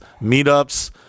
meetups